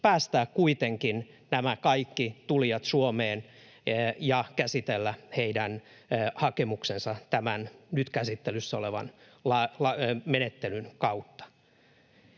päästää kuitenkin nämä kaikki tulijat Suomeen ja käsitellä heidän hakemuksensa tämän nyt käsittelyssä olevan menettelyn kautta?